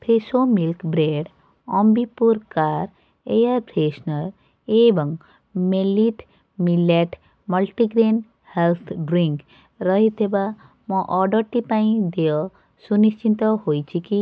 Fresho milk bread ଅମ୍ବିପିଓର car air freshener ଏବଂ ମେଲିଟ ମିଲେଟ୍ ମଲ୍ଟିଗ୍ରେନ୍ ହେଲ୍ଥ୍ ଡ୍ରିଙ୍କ୍ ରହିଥିବା ମୋ ଅର୍ଡ଼ର୍ଟି ପାଇଁ ଦେୟ ସୁନିଶ୍ଚିତ ହୋଇଛି କି